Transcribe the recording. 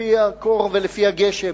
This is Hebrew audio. לפי הקור ולפי הגשם.